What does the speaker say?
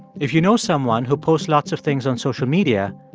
if you know someone who posts lots of things on social media,